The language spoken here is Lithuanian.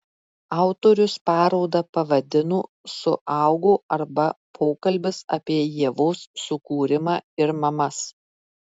autorius parodą pavadino suaugo arba pokalbis apie ievos sukūrimą ir mamas